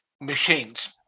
machines